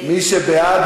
מי שבעד,